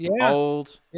Old